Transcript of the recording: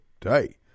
today